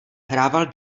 hrával